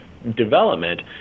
development